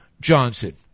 Johnson